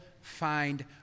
find